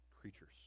creatures